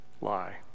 lie